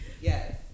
Yes